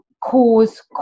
cause